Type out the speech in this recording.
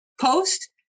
post